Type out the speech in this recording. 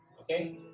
Okay